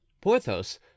Porthos